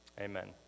amen